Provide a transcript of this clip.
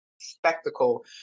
spectacle